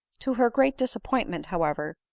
to her great disappointment, however,